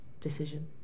decision